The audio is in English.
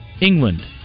England